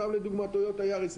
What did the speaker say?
סתם לדוגמה טויוטה יאריס,